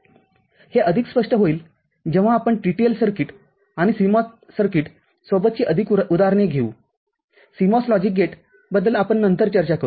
हे अधिक स्पष्ट होईल जेव्हा आपण TTL सर्किट आणि CMOS सर्किट सोबतची अधिक उदाहरणे घेऊ CMOS लॉजिक गेट बद्दल आपण नंतर चर्चा करू